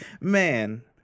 Man